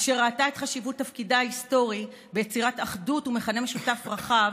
אשר ראתה את חשיבות תפקידה ההיסטורי ביצירת אחדות ומכנה משותף רחב